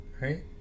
Right